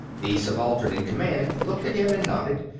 the subaltern in command looked at him and nodded.